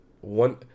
One